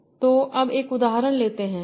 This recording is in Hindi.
संदर्भ समय 2058 तो अब एक उदाहरण लेते हैं